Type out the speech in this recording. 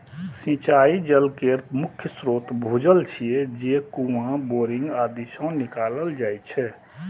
सिंचाइ जल केर मुख्य स्रोत भूजल छियै, जे कुआं, बोरिंग आदि सं निकालल जाइ छै